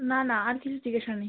না না আর কিছু জিজ্ঞাসা নেই